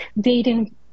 dating